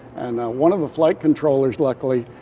and one of the flight controllers luckily